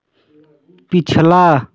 पिछला